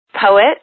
poet